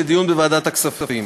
לדיון בוועדת הכספים.